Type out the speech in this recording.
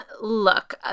look